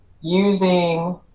using